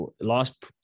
last